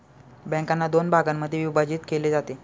बँकांना दोन भागांमध्ये विभाजित केले जाते